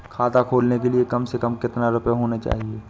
खाता खोलने के लिए कम से कम कितना रूपए होने चाहिए?